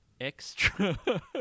Extra